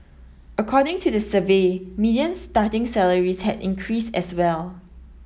according to the survey median starting salaries had increased as well